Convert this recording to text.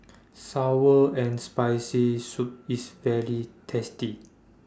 Sour and Spicy Soup IS very tasty